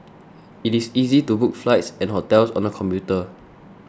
it is easy to book flights and hotels on the computer